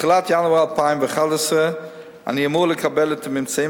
בתחילת ינואר 2011 אני אמור לקבל את הממצאים